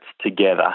together